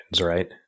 right